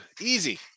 Easy